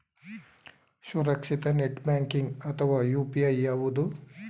ಸುರಕ್ಷಿತ net banking ಅಥವಾ UPI ಯಾವುದು?